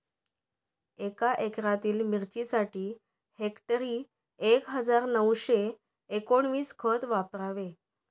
एका एकरातील मिरचीसाठी हेक्टरी एक हजार नऊशे एकोणवीस खत वापरावे